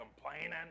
complaining